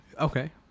Okay